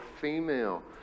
female